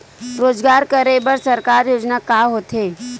रोजगार करे बर सरकारी योजना का का होथे?